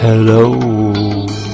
Hello